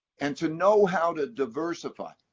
and to know how to diversify.